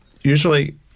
usually